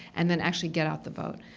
and then actually get out the vote.